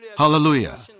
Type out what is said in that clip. Hallelujah